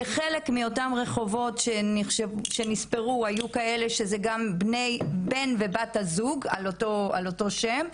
שחלק מאותם רחובות שנספרו היו כאלה שזה גם בן ובת הזוג על אותו שם,